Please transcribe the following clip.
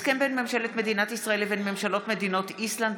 הסכם בין ממשלת מדינת ישראל לבין ממשלות מדינות איסלנד,